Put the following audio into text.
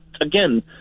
again